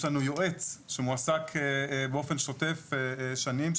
יש לנו יועץ שמועסק באופן שוטף שנים,